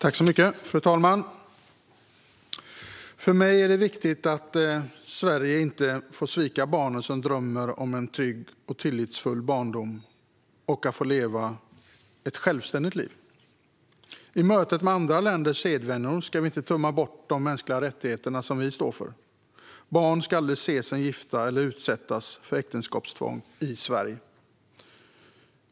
Fru talman! För mig är det viktigt att Sverige inte sviker barnen som drömmer om en trygg och tillitsfull barndom och om att få leva ett självständigt liv. I mötet med andra länders sedvänjor ska vi inte tumma bort de mänskliga rättigheter som vi står för. Barn ska aldrig ses som gifta eller utsättas för äktenskapstvång i Sverige.